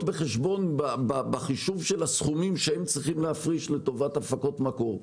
בחישוב של הסכומים שהם צריכים להפריש לטובת הפקות מקור.